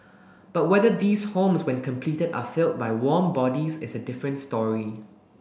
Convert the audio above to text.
but whether these homes when completed are filled by warm bodies is a different story